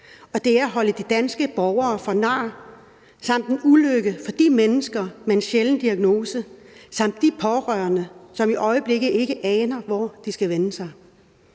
og det er at holde de danske borgere for nar samt en ulykke for de mennesker med en sjælden diagnose samt de pårørende, som i øjeblikket ikke aner, hvor de skal vende sig